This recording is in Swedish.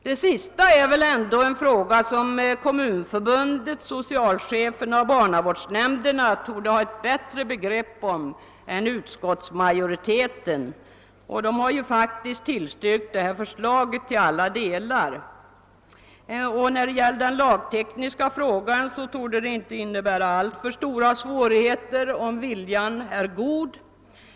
Det sista är väl ändå en fråga som Kommunförbundet, socialcheferna och barnavårdsnämnderna torde ha bättre begrepp om än utskottsmajoriteten, och dessa instanser har ju faktiskt tillstyrkt förslaget till alla delar. När det gäller det lagtekniska torde förslaget inte innebära alltför stora svårigheter om viljan är god.